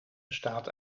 bestaat